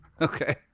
Okay